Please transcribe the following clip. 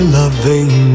loving